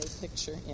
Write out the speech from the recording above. picture